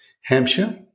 Hampshire